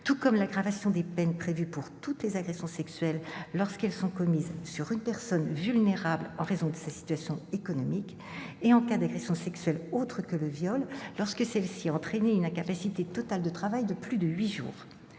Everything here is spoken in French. à l'aggravation des peines prévues pour toutes les agressions sexuelles lorsqu'elles sont commises sur une personne vulnérable en raison de sa situation économique et en cas d'agression sexuelle autre que le viol lorsque celle-ci a entraîné une incapacité totale de travail de plus de huit jours,